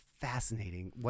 Fascinating